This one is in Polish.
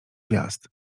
gwiazd